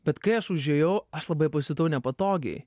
bet kai aš užėjau aš labai pasijutau nepatogiai